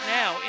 now